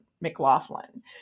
McLaughlin